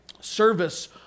Service